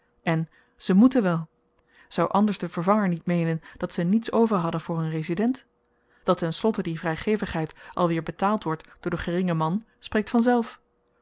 en ze moeten wel zou anders de vervanger niet meenen dat ze niets over hadden voor hun resident dat ten slotte die vrygevigheid alweer betaald wordt door den geringen man spreekt vanzelf